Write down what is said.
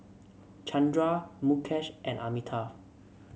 Chandra Mukesh and Amitabh